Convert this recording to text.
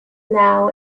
now